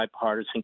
bipartisan